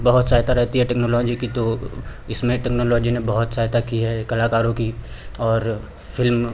बहुत सहायता रहती है टेक्नोलॉजी की तो इसमें टेक्नोलॉजी ने बहुत सहायता की है कलाकारों की और फिल्म